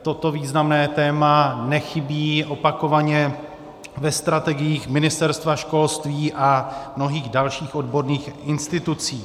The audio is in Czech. Toto významné téma nechybí opakovaně ve strategiích Ministerstva školství a mnohých dalších odborných institucí.